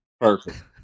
Perfect